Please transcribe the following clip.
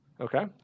Okay